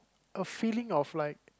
a feeling of like